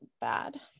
bad